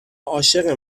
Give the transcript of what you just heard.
عاشق